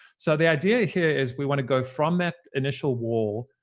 so the idea here is we want to go from that initial wall,